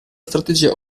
strategia